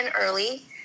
early